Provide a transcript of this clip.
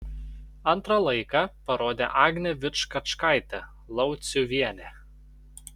antrą laiką parodė agnė vičkačkaitė lauciuvienė